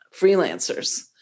freelancers